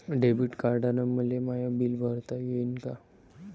Debit कार्डानं मले my bill भरता येईन का?